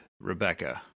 Rebecca